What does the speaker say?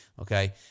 okay